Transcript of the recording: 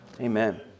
Amen